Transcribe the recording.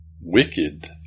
wicked